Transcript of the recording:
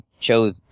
chose